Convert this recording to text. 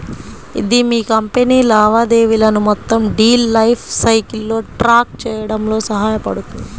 ఇది మీ కంపెనీ లావాదేవీలను మొత్తం డీల్ లైఫ్ సైకిల్లో ట్రాక్ చేయడంలో సహాయపడుతుంది